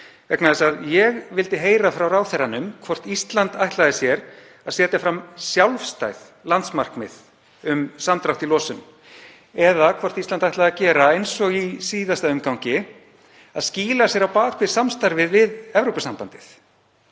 meira knýjandi. Ég vildi heyra frá ráðherranum hvort Ísland ætlaði sér að setja fram sjálfstæð landsmarkmið um samdrátt í losun eða hvort Ísland ætlaði, eins og í síðasta umgangi, að skýla sér á bak við samstarfið við Evrópusambandið.